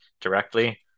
directly